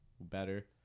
better